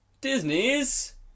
Disney's